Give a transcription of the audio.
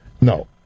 No